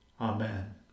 Amen